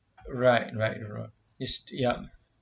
right right right is ya